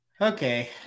Okay